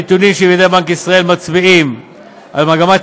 הנתונים שבידי בנק ישראל מצביעים על מגמת